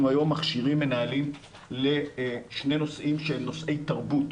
היום מכשירים מנהלים לשני נושאים שהם נושאי תרבות,